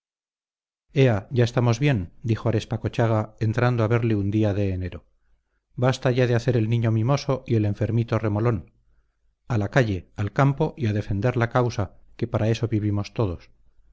ya estamos bien dijo arespacochaga entrando a verle un día de enero basta ya de hacer el niño mimoso y el enfermito remolón a la calle al campo y a defender la causa que para eso vivimos todos